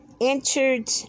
entered